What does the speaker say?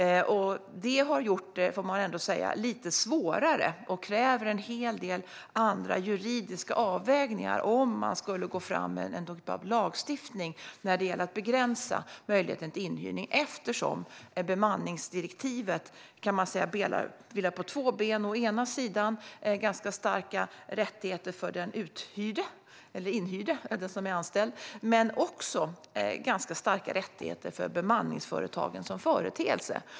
Det har gjort det lite svårare, får man ändå säga, och kräver en hel del andra juridiska avvägningar om man skulle gå fram med en typ av lagstiftning när det gäller att begränsa möjligheten till inhyrning eftersom bemanningsdirektivet vilar på två ben. Å ena sidan är det ganska starka rättigheter för den uthyrde eller inhyrde, alltså den som är anställd, å andra sidan är det ganska starka rättigheter för bemanningsföretagen som företeelse.